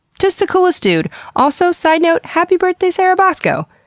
just the coolest dude! also, side note, happy birthday sara boscoe!